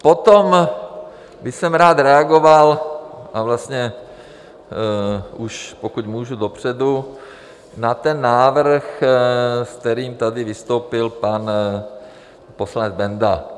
Potom bych rád reagoval a vlastně už, pokud můžu dopředu, na ten návrh, se kterým tady vystoupil pan poslanec Benda.